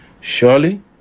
Surely